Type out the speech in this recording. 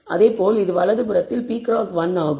அதேபோல் இது வலது புறத்தில் p கிராஸ் 1 ஆகும்